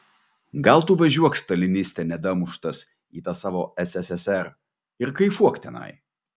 gal tu važiuok staliniste nedamuštas į tą savo sssr ir kaifuok tenai